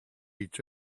each